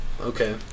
Okay